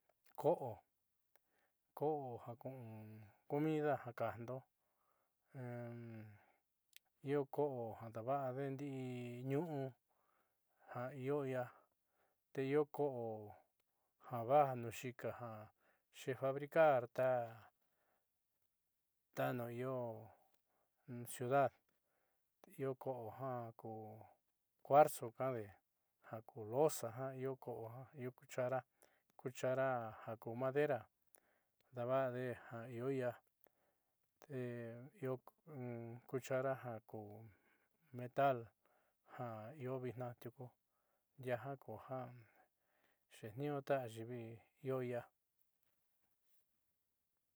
Ko'o ko'o ja ku'un comida ja kajndo io ko'o ja daava'ade ndii ñu'u ja io ia te io ko'o ja vajnuuxiika ja xefabricar ta tanu io ciudad io ko'o jaku kuarzo ka'ande jaku loza jiaa io ko'o io cuchara cuchara jaku madera daava'ade ja io io te io cuchara jaku metal ja io vitnaa tiuku ndiaa jakuja xeetniiñuu ta ayiivi io vitnaa.